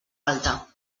alta